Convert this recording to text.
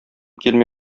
килми